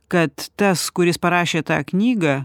kad tas kuris parašė tą knygą